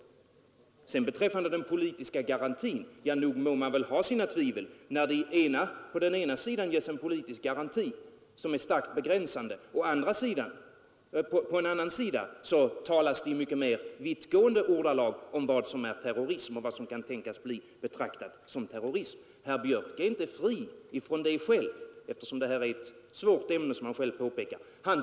Vad sedan beträffar den politiska garantin må man väl ha sina tvivel när på en sida ges en politisk garanti, som är starkt begränsande, och på en annan sida talas i mycket mer vittgående ordalag om vad som är terrorism och vad som kan tänkas bli betraktat som terrorism. Herr Björk är inte fri från det själv, eftersom det här är ett svårt ämne — vilket han själv påpekar.